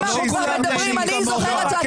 לוקחים פייק ומגלגלים אותו הלאה,